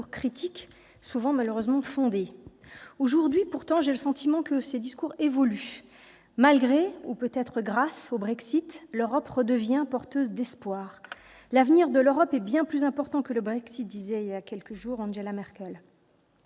critiques souvent fondées ? Aujourd'hui, pourtant, j'ai le sentiment que les discours évoluent. Malgré, ou peut-être grâce, au Brexit, l'Europe redevient porteuse d'espoir. « L'avenir de l'Europe est bien plus important que le Brexit », disait voilà quelques jours Angela Merkel.